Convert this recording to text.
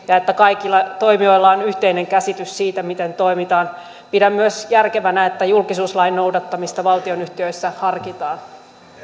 ja että kaikilla toimijoilla on yhteinen käsitys siitä miten toimitaan pidän myös järkevänä että julkisuuslain noudattamista valtionyhtiöissä harkitaan